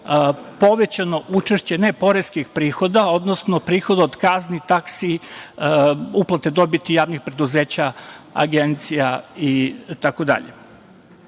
povećano učešće ne poreskih prihoda, odnosno prihoda od kazni, taksi, uplate dobiti javnih preduzeća, agencija i